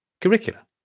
curricula